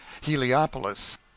Heliopolis